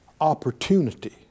opportunity